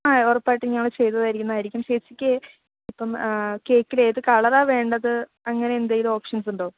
ആ ഉറപ്പായിട്ടും ഞങ്ങൾ ചെയ്തു തരുന്നതായിരിക്കും ചേച്ചിക്ക് ഇപ്പോള് കേക്കിലേതു കളറാണു വേണ്ടത് അങ്ങനെ എന്തേലും ഓപ്ഷൻസുണ്ടോ